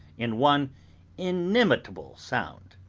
in one inimitable sound!